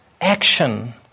action